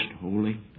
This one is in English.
holy